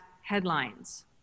headlines